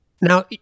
Now